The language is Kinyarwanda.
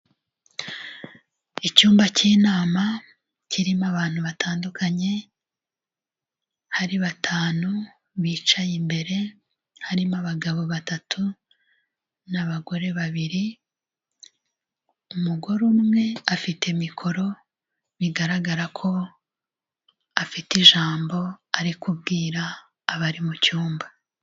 Icyumba cy'inama kirimo abantu batandukanye, hari batanu bicaye imbere, harimo abagabo batatu n'abagore babiri, umugore umwe afite mikoro bigaragara ko afite ijambo ari kubwira abari mu cyumba.